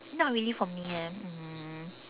not really for me eh um